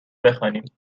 بخوانیم